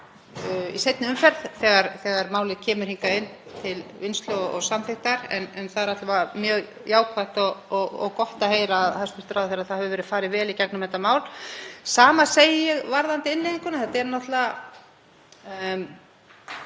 í seinni umferð þegar málið kemur hingað inn til vinnslu og samþykktar. En það er alla vega mjög jákvætt og gott að heyra frá hæstv. ráðherra að vel hefur verið farið í gegnum þetta mál. Sama segi ég varðandi innleiðinguna. Þetta er náttúrlega